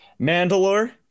Mandalore